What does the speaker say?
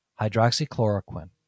hydroxychloroquine